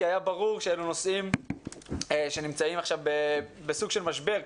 כי היה ברור שאלה נושאים שנמצאים עכשיו בסוג של משבר,